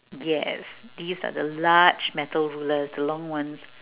yes these are the large metal rulers the long ones